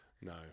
No